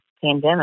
pandemic